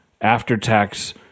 after-tax